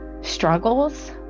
struggles